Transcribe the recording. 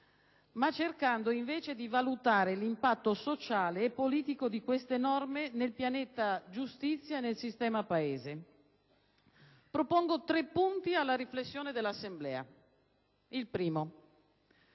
ma cercando invece di valutare l'impatto sociale e politico di queste norme nel pianeta giustizia, nel sistema Paese. Propongo tre punti alla riflessione dell'Assemblea. Per